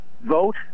vote